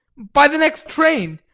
by the next train.